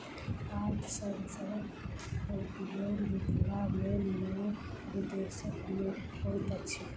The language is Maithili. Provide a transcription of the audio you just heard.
पात सेंसरक उपयोग मिथिला मे नै विदेश मे होइत अछि